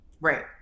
Right